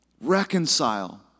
Reconcile